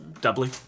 Doubly